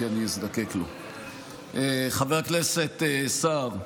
אז אני אקרא אותך בקריאה שנייה.